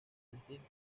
distintas